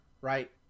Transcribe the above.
right